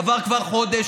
עבר כבר חודש.